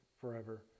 forever